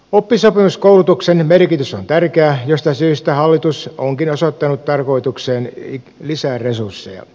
oppisopimuskoulutuksen merkitys on tärkeää jostain syystä hallitus onkin osoittanut tarkoitukseen lisää resursseja